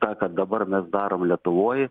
tą ką dabar mes darom lietuvoj